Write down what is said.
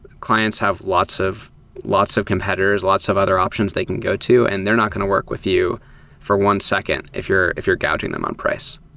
clients have lots of lots of competitors, lots of other options they can go to and then they're not going to work with you for one second if you're if you're gauging them on price.